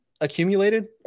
accumulated